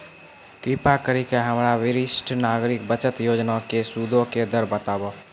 कृपा करि के हमरा वरिष्ठ नागरिक बचत योजना के सूदो के दर बताबो